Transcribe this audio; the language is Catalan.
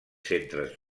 centres